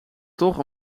toch